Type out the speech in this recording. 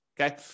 okay